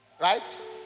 right